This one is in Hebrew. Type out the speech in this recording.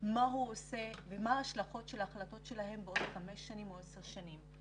מה הוא עושה ומה ההשלכות של ההחלטות שלהם בעוד חמש שנים או עשר שנים.